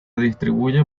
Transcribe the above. distribuye